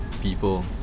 people